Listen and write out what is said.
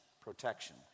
Protection